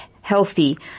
healthy